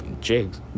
jigs